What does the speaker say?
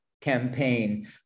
campaign